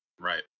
right